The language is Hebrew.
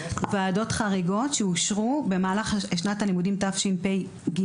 ועדות חריגות שאושרו במהלך שנת הלימודים תשפ"ג.